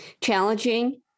challenging